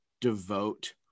devote